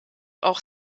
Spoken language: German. auch